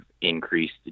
increased